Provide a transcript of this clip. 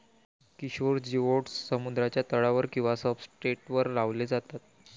Kishore geoducks समुद्राच्या तळावर किंवा सब्सट्रेटवर लावले जातात